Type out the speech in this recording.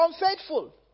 unfaithful